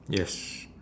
yes